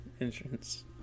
entrance